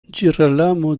girolamo